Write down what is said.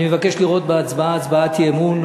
אני מבקש לראות בהצבעה הצבעת אי-אמון.